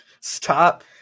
Stop